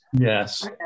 Yes